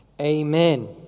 Amen